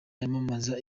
yamamaza